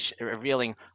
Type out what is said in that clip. revealing